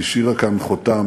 השאירה כאן חותם